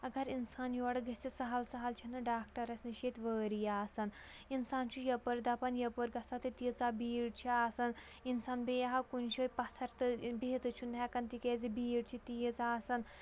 اگر اِنسان یورٕ گٔژھِتھ سَہَل سَہَل چھِنہٕ ڈاکٹرَس نِش ییٚتہِ وٲری آسان اِنسان چھُ یَپٲرۍ دَپان یَپٲرۍ گژھٕ ہہ تہٕ تیٖژاہ بھیٖڑ چھِ آسان اِنسان بیٚیہِ ہا کُنہِ جایہِ پَتھَر تہٕ بِہتٕے چھُنہٕ ہٮ۪کان تِکیٛازِ بھیٖڑ چھِ تیٖژ آسان